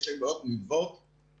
יש תופעות נלוות,